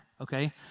Okay